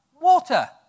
water